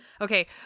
okay